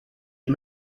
had